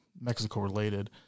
Mexico-related